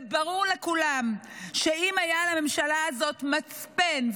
זה ברור לכולם שאם היו לממשלה הזאת מצפן,